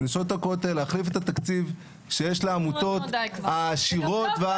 נשות הכותל להחליף את התקציב שיש לעמותות העשירות.